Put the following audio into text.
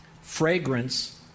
fragrance